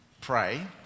pray